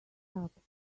helped